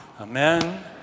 Amen